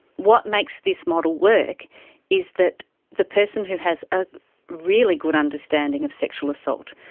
what makes this model work is that the person who has a really good understanding of sexual assault,